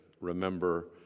remember